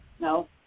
No